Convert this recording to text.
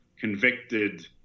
convicted